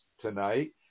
tonight